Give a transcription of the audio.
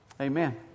amen